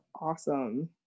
awesome